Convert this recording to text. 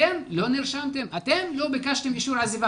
אתם לא נרשמתם, אתם לא ביקשתם אישור עזיבה.